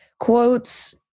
quotes